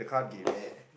ya